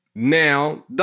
Now